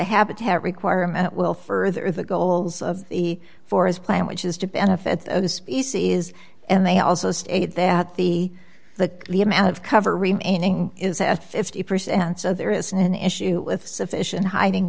habitat requirement will further the goals of the forest plan which is to benefit the species and they also state that the the the amount of cover remaining is at fifty percent and so there is an issue with sufficient hiding